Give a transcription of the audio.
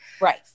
right